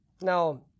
Now